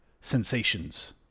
sensations